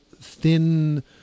thin